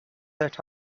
that